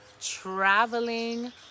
traveling